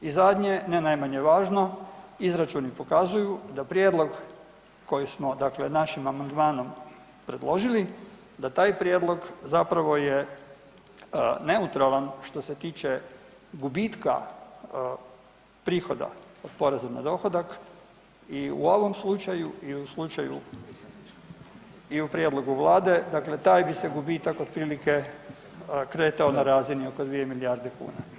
I zadnje, ne najmanje važno, izračuni pokazuju da prijedlog koji smo dakle našim amandmanom predložili da taj prijedlog zapravo je neutralan što se tiče gubitka prihoda od poreza na dohodak i u ovom slučaju i u slučaju i u prijedlogu vlade dakle taj bi se gubitak otprilike kretao na razini oko 2 milijarde kuna.